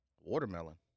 Watermelon